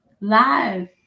live